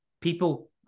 people